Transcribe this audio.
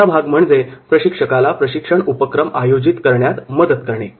तिसरा महत्त्वाचा भाग म्हणजे प्रशिक्षकाला प्रशिक्षण उपक्रम आयोजित करण्यात मदत करणे